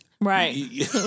Right